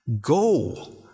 Go